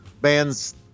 bands